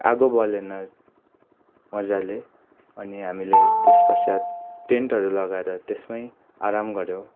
आगो बलेन मजाले अनि हामीले त्यसपश्चात टेन्टहरू लगाएर त्यसमै आराम गऱ्यौँ